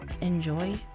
Enjoy